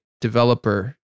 developer